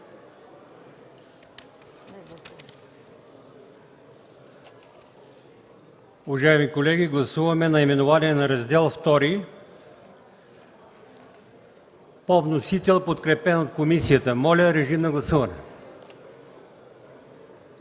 Уважаеми колеги, гласуваме наименованието на Раздел ІІІ, подкрепен от комисията. Моля, режим на гласуване.